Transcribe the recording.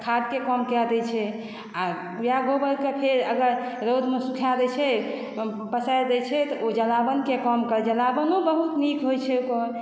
खादके काम कए दै छै आओर इएह गोबरकेँ फेर अगर रौदमे सुखाए दै छै पसारि दै छै तऽ ओ जलावनके काम करै छै जलावनो बहुत नीक होइ छै ओकर